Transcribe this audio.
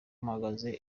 mpagaze